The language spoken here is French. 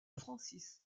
francis